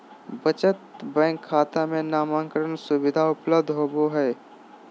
बचत बैंक खाता में नामांकन सुविधा उपलब्ध होबो हइ